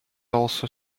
also